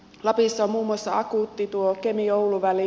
lapissa on muun muassa akuutti tuo kemioulu väli